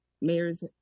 mayor's